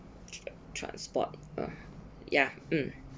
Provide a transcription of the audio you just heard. tra~ transport ah ya